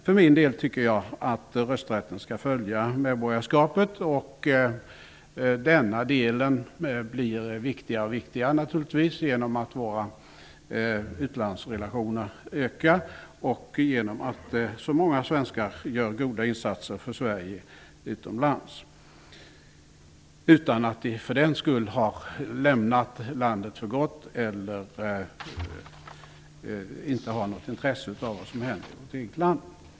Jag tycker för min del att rösträtten skall följa medborgarskapet. Denna del blir naturligtvis viktigare, genom att våra utlandsrelationer ökar och genom att så många svenskar gör goda insatser för Sverige utomlands -- utan att de för den skull har lämnat landet för gott eller inte har något intresse av vad som händer i hemlandet.